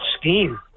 scheme